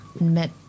met